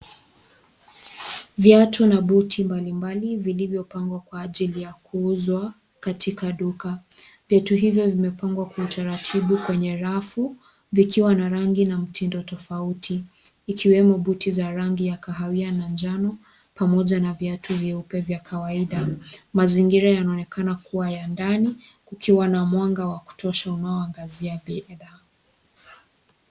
Viatu na buti mbalimbali vilivyo pangwa kwa ajili ya kuuzwa katika duka, viatu hivyo vimepangwa kwa utaratibu kwenye rafu vikiwa na rangi na mtindo tofauti, ikiwemo buti za rangi ya kahawia na njano, pamoja na viatu vyeupe vya kawaida, mazingira yanaonekana kuwa ya ndani kukiwa na mwanga wa kutosha unaoangazia binadamu.